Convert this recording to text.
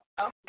Okay